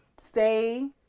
stay